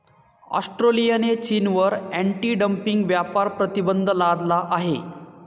ऑस्ट्रेलियाने चीनवर anti dumping व्यापार प्रतिबंध लादला आहे